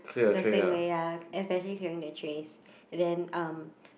the same way ya especially clearing the trays and then um